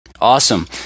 Awesome